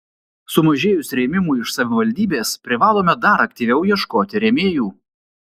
sumažėjus rėmimui iš savivaldybės privalome dar aktyviau ieškoti rėmėjų